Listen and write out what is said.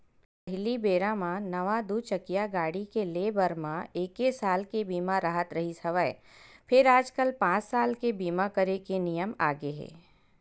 पहिली बेरा म नवा दू चकिया गाड़ी के ले बर म एके साल के बीमा राहत रिहिस हवय फेर आजकल पाँच साल के बीमा करे के नियम आगे हे